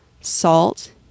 salt